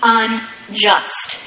unjust